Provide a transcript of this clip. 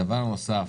דבר נוסף,